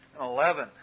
Eleven